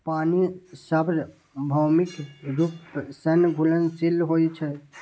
पानि सार्वभौमिक रूप सं घुलनशील होइ छै